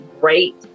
great